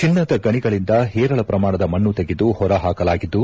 ಚಿನ್ನದ ಗಣಿಗಳಿಂದ ಹೇರಳ ಪ್ರಮಾಣದ ಮಣ್ಣು ತೆಗೆದು ಹೊರ ಹಾಕಲಾಗಿದ್ದು